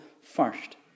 first